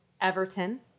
Everton